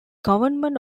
government